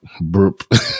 burp